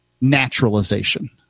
naturalization